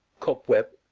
cobweb,